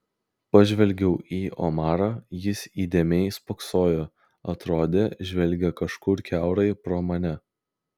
pažvelgiau į omarą jis įdėmiai spoksojo atrodė žvelgia kažkur kiaurai pro mane